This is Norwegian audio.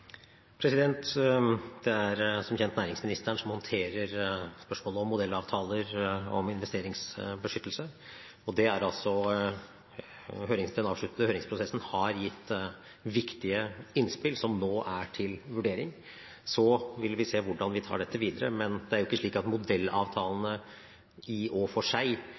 Det er som kjent næringsministeren som håndterer spørsmålet om modellavtaler om investeringsbeskyttelse. Høringsprosessen har gitt viktige innspill som nå er til vurdering. Så vil vi se hvordan vi tar dette videre, men det er jo ikke slik at modellavtalene i og for seg